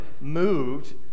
moved